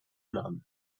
none